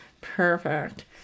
Perfect